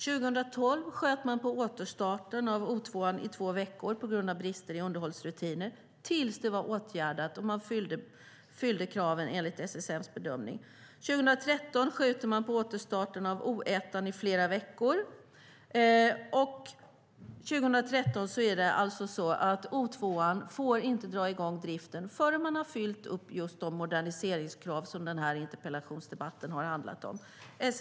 2012 sköt man upp återstarten av O2:an i två veckor på grund av brister i underhållsrutiner tills de var åtgärdade och kraven var uppfyllda enligt SSM:s bedömning. 2013 skjuter man på återstarten av O1:an i flera veckor. Samma år får inte O2:an dra i gång driften förrän man har uppfyllt de moderniseringskrav som den här interpellationsdebatten har handlat om.